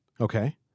Okay